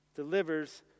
Delivers